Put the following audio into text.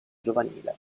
giovanile